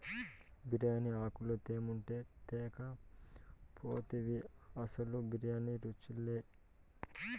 బిర్యానీ ఆకు తెమ్మంటే తేక పోతివి అసలు బిర్యానీ రుచిలే